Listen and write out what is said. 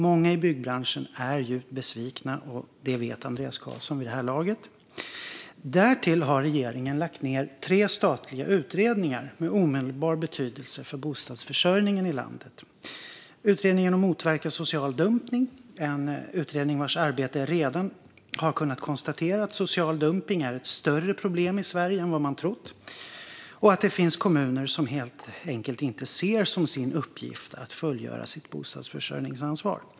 Många i byggbranschen är djupt besvikna, och det vet Andreas Carlson vid det här laget. Därtill har regeringen lagt ned tre statliga utredningar med omedelbar betydelse för bostadsförsörjningen i landet. Den första är utredningen om att motverka social dumpning. Detta är en utredning som i sitt arbete redan har kunnat konstatera att social dumpning är ett större problem i Sverige än vad man trott och att det finns kommuner som helt enkelt inte ser det som sin uppgift att fullgöra sitt bostadsförsörjningsansvar.